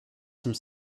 some